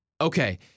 okay